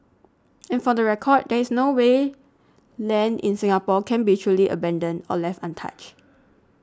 and for the record there is no way land in Singapore can be truly abandoned or left untouched